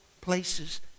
places